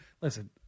Listen